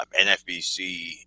NFBC